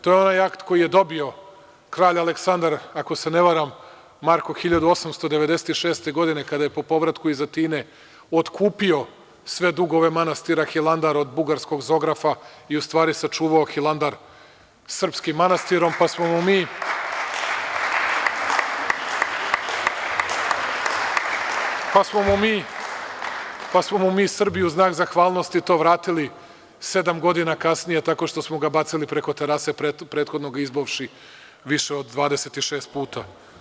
To je onaj akt koji je dobio kralj Aleksandar, ako se ne varam Marko, 1896. godine, kada je po povratku iz Atine otkupio sve dugove manastira Hilandar od bugarskog Zografa, i u stvari sačuvao Hilandar srpskim manastirom, pa smo mu mi, pa smo mu mi Srbi, u znak zahvalnosti to vratili sedam godina kasnije tako što smo ga bacili preko terase, prethodno ga izbovši više od 26 puta.